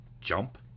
jump